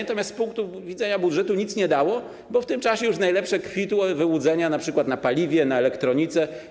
Natomiast z punktu widzenia budżetu nic to nie dało, bo w tym czasie już w najlepsze kwitły wyłudzenia np. na paliwie, na elektronice.